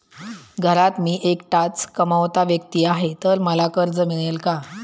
घरात मी एकटाच कमावता व्यक्ती आहे तर मला कर्ज मिळेल का?